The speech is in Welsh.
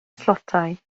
tlotai